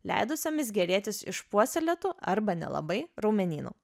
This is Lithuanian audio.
leidusiomis gerėtis išpuoselėtu arba nelabai raumenynu